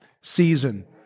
season